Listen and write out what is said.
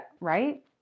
right